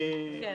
כן.